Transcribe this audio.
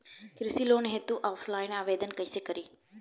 कृषि लोन हेतू ऑफलाइन आवेदन कइसे करि?